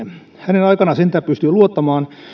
hänen aikanaan sentään pystyi luottamaan